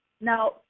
Now